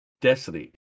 Destiny